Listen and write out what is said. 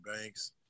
Banks